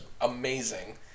amazing